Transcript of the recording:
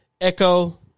Echo